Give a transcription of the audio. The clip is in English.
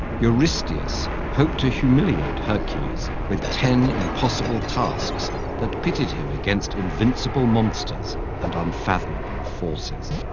eurystheus hoped to humiliate hercules with ten impossible tasks that pitted him against invincible monsters and unfathomable forces.